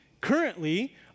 currently